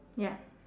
ya